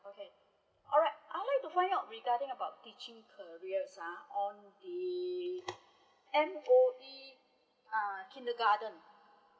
okay alright I'd like to find out regarding about teaching careers ah on the M_O_E uh kindergarden